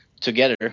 together